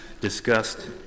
discussed